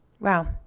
Wow